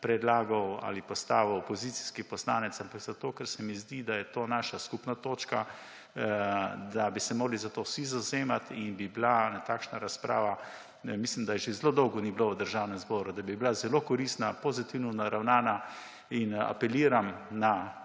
predlagal ali postavil opozicijski poslanec, ampak zato, ker se mi zdi, da je to naša skupna točka, da bi se morali za to vsi zavzemati in bi bila takšna razprava, mislim, da je že zelo dolgo ni bilo v Državnem zboru, da bi bila zelo koristna, pozitivno naravnana. Apeliram na